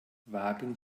wagen